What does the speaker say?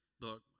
Look